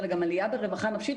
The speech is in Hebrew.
אלא גם עלייה ברווחה נפשית,